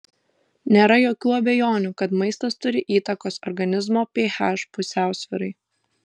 nėra jokių abejonių kad maistas turi įtakos organizmo ph pusiausvyrai